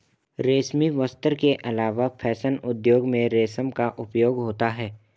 रेशमी वस्त्र के अलावा फैशन उद्योग में रेशम का उपयोग होता है